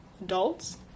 adults